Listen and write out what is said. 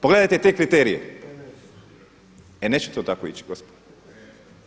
Pogledajte te kriterije, e neće to tako ići gospodo.